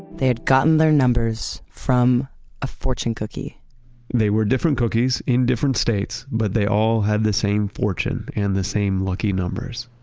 they had gotten their numbers from a fortune cookie they were different cookies in different states, but they all had the same fortune and the same lucky numbers,